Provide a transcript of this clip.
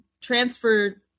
transfer